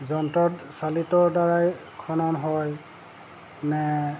যন্ত্ৰত চালিতদ্বাৰাই খনন হয় নে